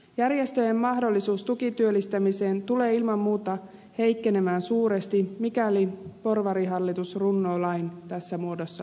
järjestöjen mahdollisuus tukityöllistämiseen tulee ilman muuta heikkenemään suuresti mikäli porvarihallitus runnoo lain tässä muodossa läpi